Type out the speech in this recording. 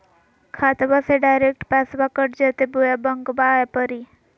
खाताबा से डायरेक्ट पैसबा कट जयते बोया बंकबा आए परी?